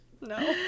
No